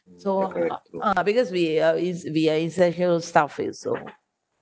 so uh because we uh is we essential staff also